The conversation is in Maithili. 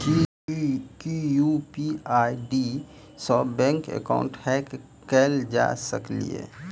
की यु.पी.आई आई.डी सऽ बैंक एकाउंट हैक कैल जा सकलिये?